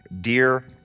dear